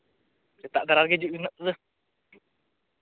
ᱥᱮᱛᱟᱜ ᱫᱷᱟᱨᱟᱜᱮ ᱦᱤᱡᱩᱜ ᱵᱤᱱ ᱦᱟᱸᱜ ᱛᱚᱵᱮ